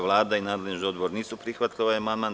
Vlada i nadležni odbor nisu prihvatili ovaj amandman.